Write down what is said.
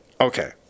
Okay